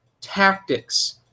tactics